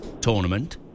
tournament